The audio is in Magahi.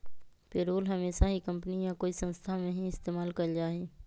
पेरोल हमेशा ही कम्पनी या कोई संस्था में ही इस्तेमाल कइल जाहई